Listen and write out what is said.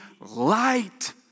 light